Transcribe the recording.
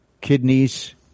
kidneys